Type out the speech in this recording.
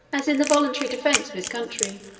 as in the voluntary defence of his country.